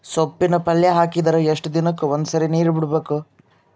ಸೊಪ್ಪಿನ ಪಲ್ಯ ಹಾಕಿದರ ಎಷ್ಟು ದಿನಕ್ಕ ಒಂದ್ಸರಿ ನೀರು ಬಿಡಬೇಕು?